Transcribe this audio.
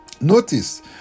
Notice